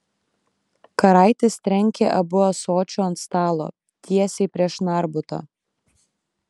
karaitis trenkė abu ąsočiu ant stalo tiesiai prieš narbutą